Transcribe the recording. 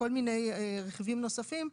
כל מיני רכיבים נוספים,